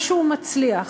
משהו מצליח,